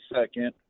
second